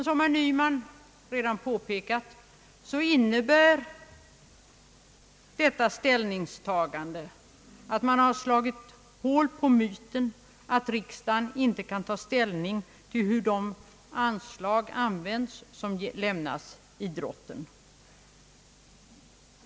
Som herr Nyman redan påpekat innebär detta ställningstagande att man har slagit hål på myten att riksdagen inte kan ta ställning till hur de anslag användes som lämnas till idrotten.